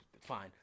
fine